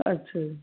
ਅੱਛਾ ਜੀ